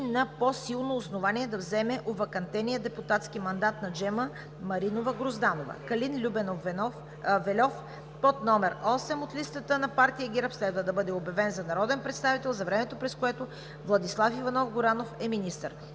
на по-силно основание да заеме овакантения депутатски мандат на Джема Маринова Грозданова. Калин Любенов Вельов – под № 8 от листата на партия ГЕРБ, следва да бъде обявен за народен представител за времето, през което Владислав Иванов Горанов е министър.